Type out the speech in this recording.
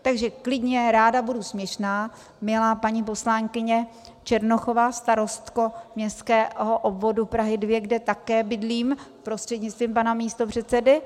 Takže klidně ráda budu směšná, milá paní poslankyně Černochová, starostko městského obvodu Prahy 2, kde také bydlím prostřednictvím pana místopředsedy.